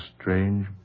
strange